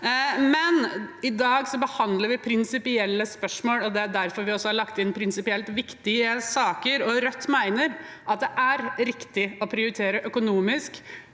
i dag behandler vi prinsipielle spørsmål, og det er derfor vi også har lagt inn prinsipielt viktige saker. Rødt mener at det er riktig å prioritere barn,